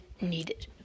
needed